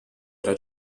era